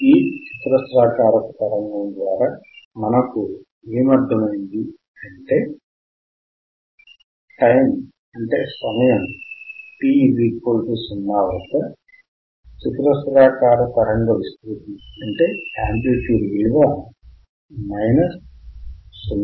ఈ చతురస్రాకారపు తరంగము ద్వారా మనకు ఏమి అర్ధమైంది అంటే సమయం t0 వద్ద చతురస్రాకార తరంగ విస్తృతి విలువ V మైనస్ 0